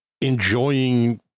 enjoying